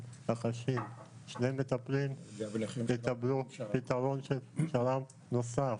--- שני מטפלים יקבלו פתרון של שר"ם נוסף.